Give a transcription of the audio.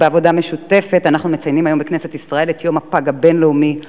ובעבודה משותפת אנחנו מציינים היום בכנסת ישראל את יום הפג הבין-לאומי.